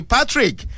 Patrick